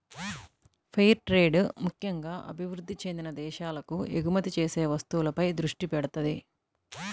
fair trade ముక్కెంగా అభివృద్ధి చెందిన దేశాలకు ఎగుమతి చేసే వస్తువులపై దృష్టి పెడతది